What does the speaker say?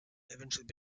eventually